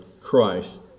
Christ